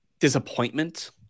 disappointment